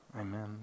Amen